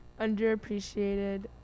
Underappreciated